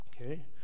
Okay